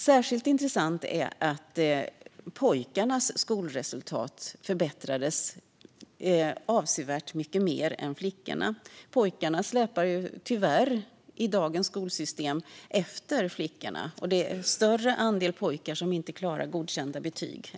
Särskilt intressant är att pojkarnas skolresultat förbättrades avsevärt mycket mer än flickornas. I dagens skolsystem släpar pojkarna tyvärr efter flickorna, och det är en större andel pojkar än flickor som inte klarar godkända betyg.